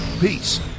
Peace